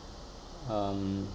um